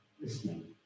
listening